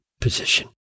position